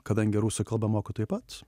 kadangi rusų kalbą moku taip pat